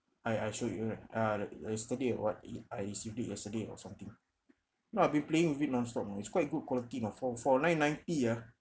I I showed you right ah the yesterday or what it I received it yesterday or something no I've been playing with it non-stop you know its quite good quality you know for for nine ninety ah